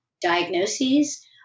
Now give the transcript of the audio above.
diagnoses